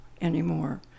anymore